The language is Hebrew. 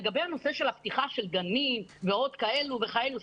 לגבי פתיחה של גנים ועוד כהנה וכהנה,